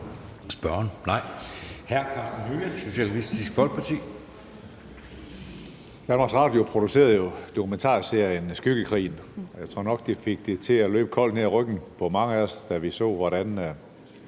Spørgeren? Nej. Hr. Karsten Hønge, Socialistisk Folkeparti. Kl. 23:28 Karsten Hønge (SF): DR producerede jo dokumentarserien »Skyggekrigen«, og jeg tror nok, det fik det til at løbe koldt ned ad ryggen på mange af os, da vi så, hvordan